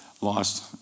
lost